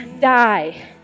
die